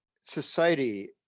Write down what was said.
society